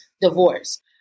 divorce